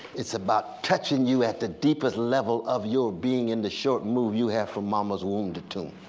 it's about touching you at the deepest level of your being in the short move you have from mama's womb to tomb.